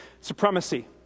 supremacy